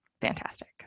fantastic